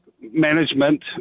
management